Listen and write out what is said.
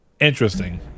Interesting